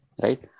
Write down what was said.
Right